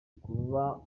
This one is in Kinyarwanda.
kuba